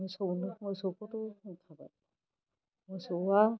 मोसौनो मोसौखौथ' होनखाबाय मोसौआ